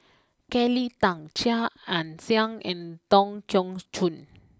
Kelly Tang Chia Ann Siang and Tan Keong Choon